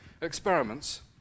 experiments